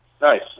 Nice